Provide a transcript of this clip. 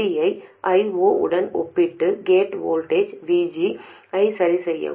ID யை I0 உடன் ஒப்பிட்டு கேட் வோல்டேஜ் VG ஐ சரிசெய்யவும்